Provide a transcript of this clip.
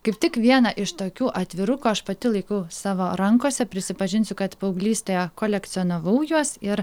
kaip tik vieną iš tokių atvirukų aš pati laikau savo rankose prisipažinsiu kad paauglystėje kolekcionavau juos ir